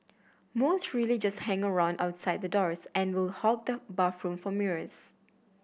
most really just hang around outside the doors and will hog the bathroom for mirrors